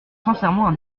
sincèrement